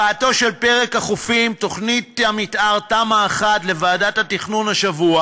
הבאתו של פרק החופים בתמ"א 1 לוועדת התכנון השבוע